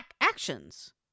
actions